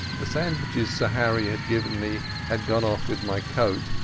the sandwiches sir harry had given me had gone off with my coat,